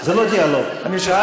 אבל אתה צריך,